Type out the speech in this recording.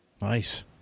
Nice